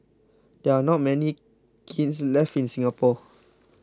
there are not many kilns left in Singapore